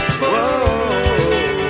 whoa